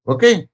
Okay